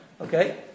Okay